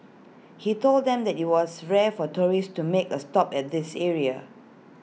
he told them that IT was rare for tourists to make A stop at this area